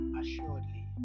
assuredly